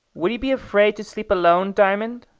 would you be afraid to sleep alone, diamond?